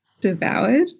devoured